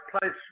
place